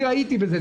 ראיתי את זה.